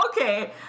okay